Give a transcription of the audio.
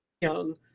Young